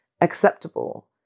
acceptable